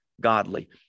godly